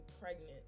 pregnant